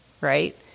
right